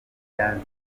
naryo